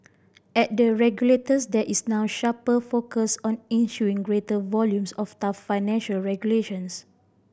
at the regulators there is now a sharper focus on issuing greater volumes of tough financial regulations